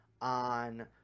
On